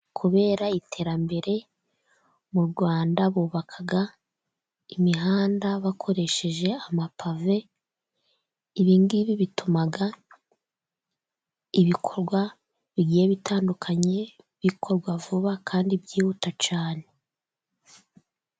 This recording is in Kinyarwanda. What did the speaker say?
Kubera iterambere, mu Rwanda bubaka imihanda bakoresheje amapave. Ibi ngibi bituma ibikorwa bigiye bitandukanye bikorwa vuba kandi byihuta cyane.